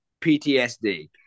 PTSD